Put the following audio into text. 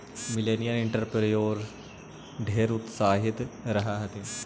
millennial entrepreneur ढेर उत्साहित रह हथिन